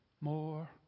more